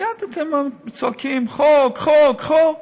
מייד אתם צועקים: חוק, חוק, חוק.